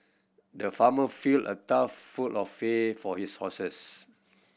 the farmer filled a trough full of fair for his horses